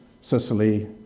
Sicily